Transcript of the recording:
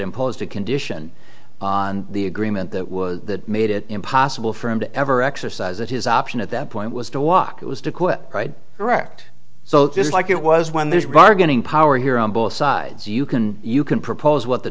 imposed a condition on the agreement that was that made it impossible for him to ever exercise that his option at that point was to walk it was to quit correct so this is like it was when there's bargaining power here on both sides you can you can propose what the